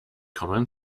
common